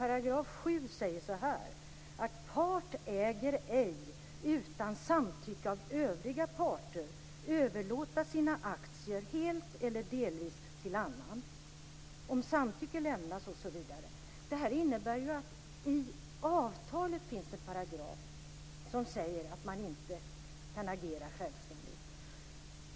§ 7 säger så här: "Part äger ej utan samtycke av övriga parter överlåta sina aktier, helt eller delvis, till annan." Det innebär att det i avtalet finns en paragraf som säger att man inte kan agera självständigt.